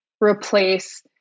replace